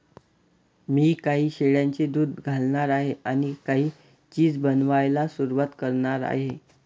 मी काही शेळ्यांचे दूध घालणार आहे आणि काही चीज बनवायला सुरुवात करणार आहे